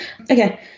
Okay